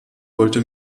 wollte